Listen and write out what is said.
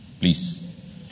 please